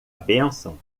bênção